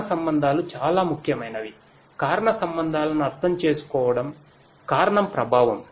కారణ సంబంధాలు చాలా ముఖ్యమైనవికారణ సంబంధాలను అర్థం చేసుకోవడం కారణం ప్రభావం